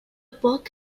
book